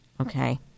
okay